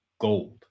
gold